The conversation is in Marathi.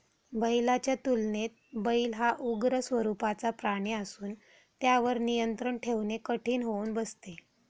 बैलाच्या तुलनेत बैल हा उग्र स्वरूपाचा प्राणी असून त्यावर नियंत्रण ठेवणे कठीण होऊन बसते